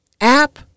app